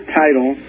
title